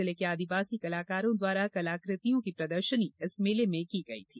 जिले के आदिवासी कलाकारों द्वारा कलाकृतियों की प्रदर्शनी इस मेले में की गई थी